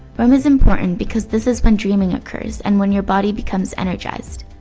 rem is important because this is when dreaming occurs and when your body becomes energized.